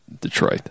Detroit